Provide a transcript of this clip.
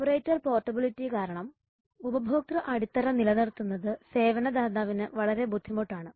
operator portability കാരണം ഉപഭോക്തൃ അടിത്തറ നിലനിർത്തുന്നത് സേവന ദാതാവിന് വളരെ ബുദ്ധിമുട്ടാണ്